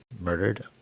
murdered